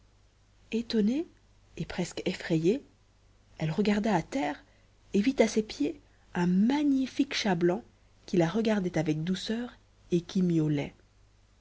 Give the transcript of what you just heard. étonnée et presque effrayée elle regarda à terre et vit à ses pieds un magnifique chat blanc qui la regardait avec douceur et qui miaulait